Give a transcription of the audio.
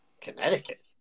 Connecticut